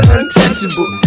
Untouchable